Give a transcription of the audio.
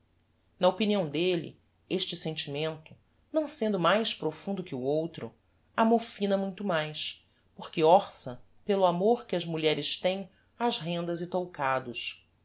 na opinião delle este sentimento não sendo mais profundo que o outro amofina muito mais porque orça pelo amor que as mulheres tem ás rendas e toucados